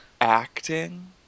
acting